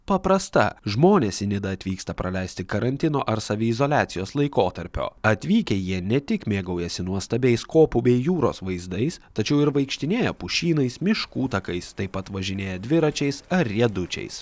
paprasta žmonės į nidą atvyksta praleisti karantino ar saviizoliacijos laikotarpio atvykę jie ne tik mėgaujasi nuostabiais kopų bei jūros vaizdais tačiau ir vaikštinėja pušynais miškų takais taip pat važinėja dviračiais ar riedučiais